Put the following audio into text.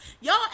y'all